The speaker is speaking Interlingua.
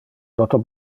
toto